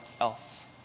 else